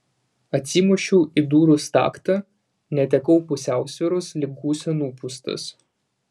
atsimušiau į durų staktą netekau pusiausvyros lyg gūsio nupūstas